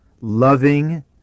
loving